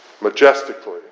majestically